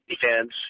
defense